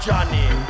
Johnny